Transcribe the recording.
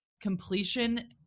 completion